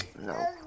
No